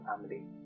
family